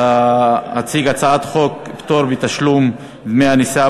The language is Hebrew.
להציג הצעת חוק פטור בתשלום דמי הנסיעה